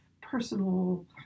personal